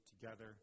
together